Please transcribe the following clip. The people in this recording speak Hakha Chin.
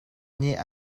nih